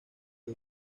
que